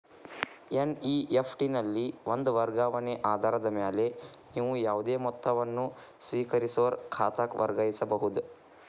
NEFT ನಲ್ಲಿ ಒಂದ ವರ್ಗಾವಣೆ ಆಧಾರದ ಮ್ಯಾಲೆ ನೇವು ಯಾವುದೇ ಮೊತ್ತವನ್ನ ಸ್ವೇಕರಿಸೋರ್ ಖಾತಾಕ್ಕ ವರ್ಗಾಯಿಸಬಹುದ್